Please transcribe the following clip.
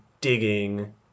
digging